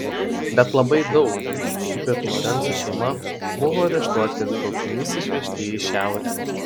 bet labai daug kaip ir lorenco šeima buvo areštuoti ir traukiniais išvežti į šiaurę